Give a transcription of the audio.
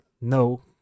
no